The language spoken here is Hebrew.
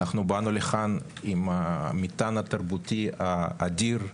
אנחנו באנו לכאן עם מטען תרבותי אדיר.